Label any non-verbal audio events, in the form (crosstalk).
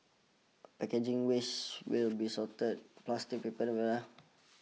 packaging waste will be sorted plastic paper (unintelligible)